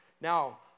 Now